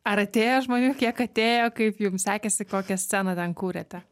ar atėjo žmonių kiek atėjo kaip jum sekėsi kokią sceną ten kūrėte